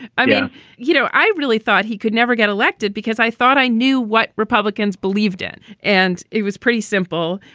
yeah. you know, i really thought he could never get elected because i thought i knew what republicans believed in. and it was pretty simple.